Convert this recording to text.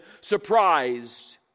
surprised